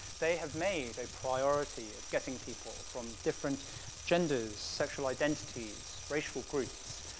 they have made a priority of getting people from different genders, sexual identities, racial groups,